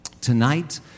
Tonight